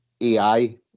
AI